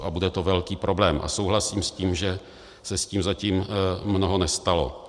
A to bude velký problém a souhlasím s tím, že se s tím zatím mnoho nestalo.